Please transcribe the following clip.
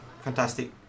fantastic